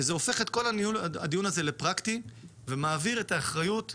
כי זה הופך את כל הדיון הזה לפרקטי ומעביר את האחריות לעסקים.